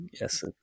yes